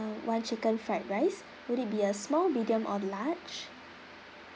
one chicken fried rice would it be a small medium or large